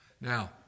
Now